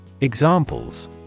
Examples